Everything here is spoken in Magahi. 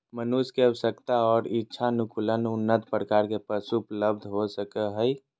मनुष्य के आवश्यकता और इच्छानुकूल उन्नत प्रकार के पशु उपलब्ध हो सको हइ